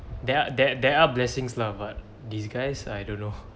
there are there there are blessings lah but these guys I don't know